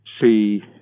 see